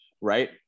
right